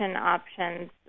options